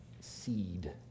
seed